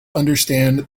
understand